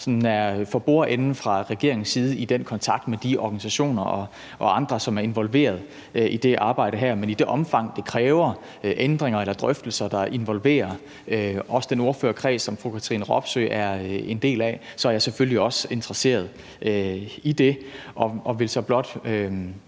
sidder for bordende fra regeringens side i den kontakt med de organisationer og andre, som er involveret i det her arbejde. Men i det omfang det kræver ændringer eller drøftelser, der også involverer den ordførerkreds, som fru Katrine Robsøe er en del af, så er jeg selvfølgelig også interesseret i det. Og jeg vil så blot